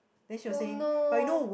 oh no